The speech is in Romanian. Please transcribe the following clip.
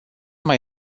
mai